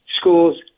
schools